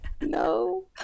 No